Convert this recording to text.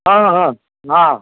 ହଁ ହଁ ହଁ